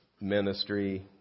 ministry